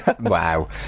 Wow